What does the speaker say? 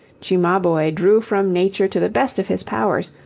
cimabue drew from nature to the best of his powers,